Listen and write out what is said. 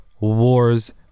wars